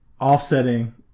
offsetting